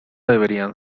deberían